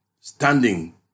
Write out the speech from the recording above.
standing